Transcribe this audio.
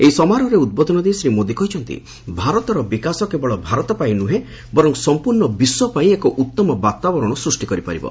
ଏହି ସମାରୋହରେ ଉଦ୍ବୋଧନ ଦେଇ ଶ୍ରୀ ମୋଦି କହିଛନ୍ତି ଭାରତର ବିକାଶ କେବଳ ଭାରତ ପାଇଁ ନୁହେଁ ବରଂ ସମ୍ପର୍ଷ ବିଶ୍ୱ ପାଇଁ ଏକ ଉତ୍ତମ ବାତାବରଣ ସୃଷ୍ଟି କରିପାରିବ